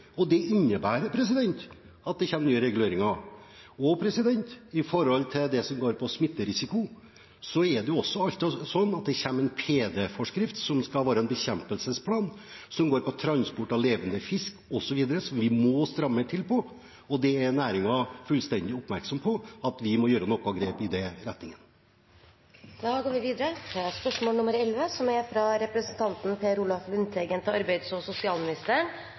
og det innebærer at det kommer nye reguleringer. Og med hensyn til det som går på smitterisiko, kommer det en PD-forskrift som skal være en bekjempelsesplan, som går på transport av levende fisk, osv., som vi må stramme inn på, og næringen er fullstendig oppmerksom på at vi må ta noen grep i den retningen. Dette spørsmålet, fra Per Olaf Lundteigen til arbeids- og sosialministeren, vil bli besvart av justis- og beredskapsministeren som rette vedkommende. «Jeg viser til